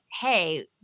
Hey